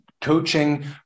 coaching